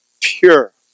pure